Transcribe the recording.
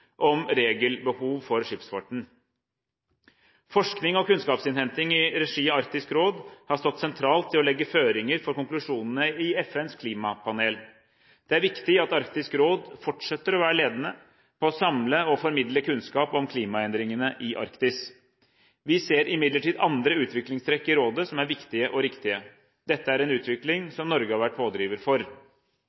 om regelbehov for skipsfarten. Forskning og kunnskapsinnhenting i regi av Arktisk råd har stått sentralt i å legge føringer for konklusjonene i FNs klimapanel. Det er viktig at Arktisk råd fortsetter å være ledende på å samle og formidle kunnskap om klimaendringene i Arktis. Vi ser imidlertid andre utviklingstrekk i rådet som er viktige og riktige. Dette er en utvikling som Norge har vært pådriver for.